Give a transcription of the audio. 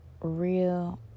real